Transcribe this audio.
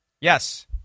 Yes